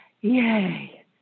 Yay